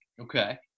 Okay